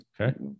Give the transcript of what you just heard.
okay